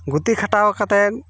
ᱜᱩᱛᱤ ᱠᱷᱟᱴᱟᱣ ᱠᱟᱛᱮᱫ